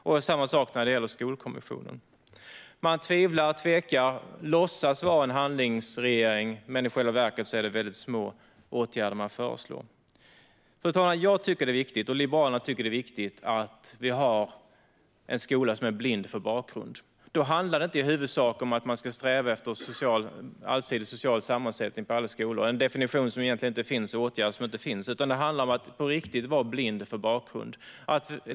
Det är samma sak när det gäller Skolkommissionen. Man tvivlar och tvekar. Man låtsas vara en handlingsregering, men i själva verket är det väldigt små åtgärder man föreslår. Fru talman! Jag och Liberalerna tycker att det är viktigt att vi har en skola som är blind för bakgrund. Då handlar det inte i huvudsak om att sträva efter en allsidig social sammansättning på alla skolor - en definition och en åtgärd som egentligen inte finns - utan det handlar om att på riktigt vara blind för bakgrund.